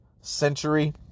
century